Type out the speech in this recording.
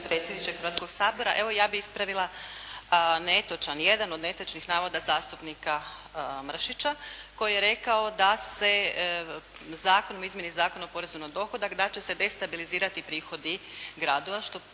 predsjedniče Hrvatskoga sabora. Evo ja bih ispravila netočan, jedan od netočnih navoda zastupnika Mršića koji je rekao da se Zakon o izmjeni Zakona o porezu na dohodak da će se destabilizirati prihodi gradova